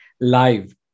live